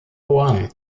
juan